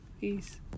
Peace